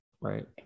right